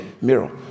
mirror